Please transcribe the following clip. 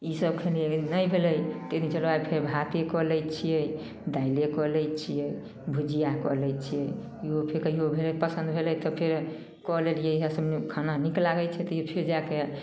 ईसब खएलिए लेकिन नहि भेलै त चलऽ फेर भाते कऽ लै छिए दालिए कऽ लै छिए भुजिआ कऽ लै छिए केओ फेकैओ भेलै पसन्द भेलै तऽ फेर कऽ लेलिए इएहसब खाना नीक लागै छै तैओ फेर जाके